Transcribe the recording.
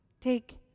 Take